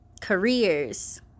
careers